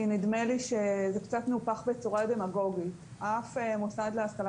נדמה לי שזה קצת נופח בצורה דמגוגית: אף מוסד להשכלה